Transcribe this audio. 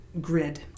grid